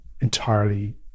entirely